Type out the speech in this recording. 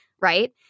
right